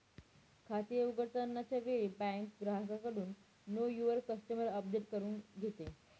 खाते उघडताना च्या वेळी बँक ग्राहकाकडून नो युवर कस्टमर अपडेट करून घेते